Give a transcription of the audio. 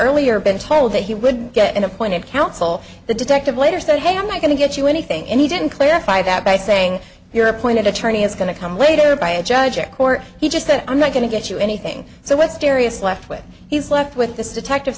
earlier been told that he would get an appointed counsel the detective later said hey i'm not going to get you anything and he didn't clarify that by saying you're appointed attorney is going to come later by a judge or court he just said i'm not going to get you anything so what scariest left with he's left with this